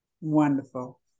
Wonderful